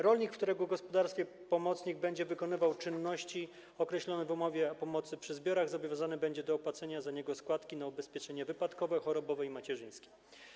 Rolnik, w którego gospodarstwie pomocnik będzie wykonywał czynności określone w umowie o pomocy przy zbiorach, będzie zobowiązany do opłacenia za niego składek na ubezpieczenia wypadkowe, chorobowe i macierzyńskie.